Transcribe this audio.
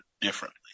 differently